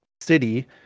city